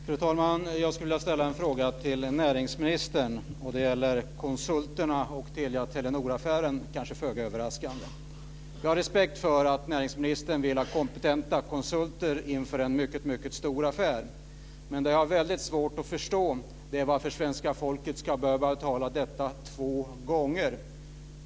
Fru talman! Jag skulle vilja ställa en fråga till näringsministern. Det gäller konsulterna och Telia Telenor-affären, kanske föga överraskande. Jag har respekt för att näringsministern vill ha kompetenta konsulter inför en mycket stor affär. Men det jag har väldigt svårt att förstå är varför svenska folket ska behöva betala detta två gånger.